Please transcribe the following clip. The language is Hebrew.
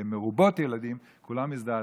מרובות ילדים" כולם הזדעזעו.